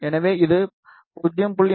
எனவே இது 0